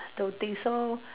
don't think so